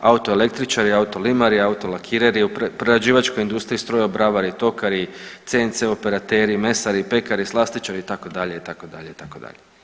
autoelektričari, autolimari, autolakireri, u prerađivačkoj industriji strojobravari i tokari, CNC operateri, mesari, pekari, slastičari, itd., itd., itd.